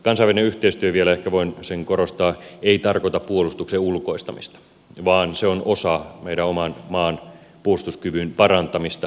kansainvälinen yhteistyö vielä ehkä voin sitä korostaa ei tarkoita puolustuksen ulkoistamista vaan se on osa meidän oman maamme puolustuskyvyn parantamista